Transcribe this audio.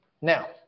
Now